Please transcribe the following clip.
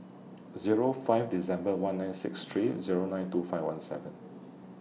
Zero five December one nine six three Zero nine two five one seven